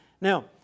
Now